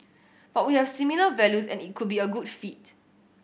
but we have similar values and it could be a good fit